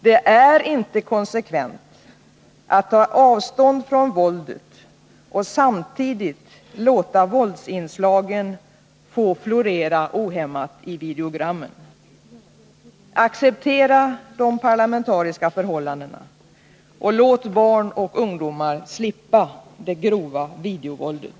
Det är inte konsekvent att ta avstånd från våldet och samtidigt låta våldsinslagen få florera ohämmat i videogrammen. Acceptera de parlamentariska förhållandena och låt barn och ungdomar slippa det grova videovåldet!